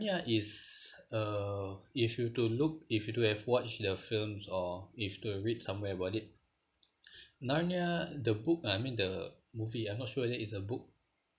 narnia is uh if you were to look if you to have watched the film or if to read somewhere about it narnia the book I mean the movie I'm not sure whether it's a book